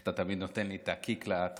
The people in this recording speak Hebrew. איך אתה תמיד נותן לי את הקיק להתחיל.